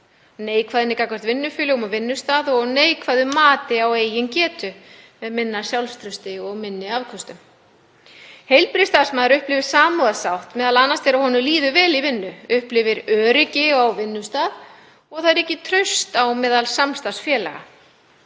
neikvæðni gagnvart vinnufélögum og vinnustað og neikvæðu mati á eigin getu með minna sjálfstrausti og minni afköstum. Heilbrigðisstarfsmaður upplifir samúðarsátt meðal annars þegar honum líður vel í vinnu, upplifir öryggi á vinnustað, að það ríki traust á meðal samstarfsfélaga,